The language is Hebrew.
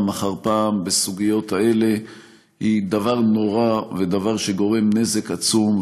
אחר פעם בסוגיות האלה היא דבר נורא ודבר שגורם נזק עצום,